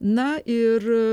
na ir